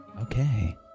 okay